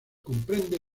comprende